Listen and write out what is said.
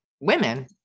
women